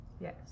Yes